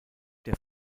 der